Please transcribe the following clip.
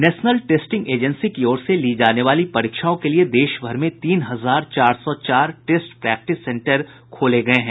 national testing agency की ओर से ली जाने वाली परीक्षाओं के लिये देशभर में तीन हजार चार सौ चार टेस्ट प्रैक्टिस सेंटर खोले गये हैं